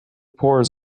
pores